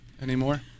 anymore